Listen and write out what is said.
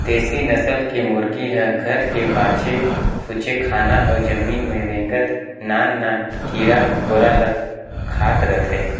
देसी नसल के मुरगी ह घर के बाचे खुचे खाना अउ जमीन में रेंगत नान नान कीरा मकोरा ल खात रहथे